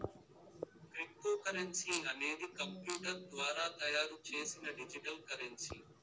cryptocurrency అనేది computer ద్వారా తయారు చేసిన డిజిటల్ కరెన్సీ